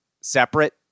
separate